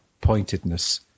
pointedness